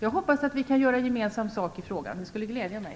Jag hoppas att vi kan göra gemensam sak i frågan; det skulle glädja mig.